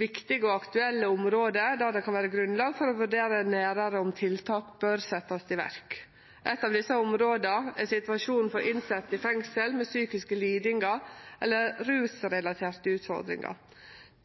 viktige og aktuelle område der det kan vere grunnlag for å vurdere nærare om tiltak bør setjast i verk. Eitt av desse områda er situasjonen for innsette i fengsel med psykiske lidingar eller rusrelaterte utfordringar.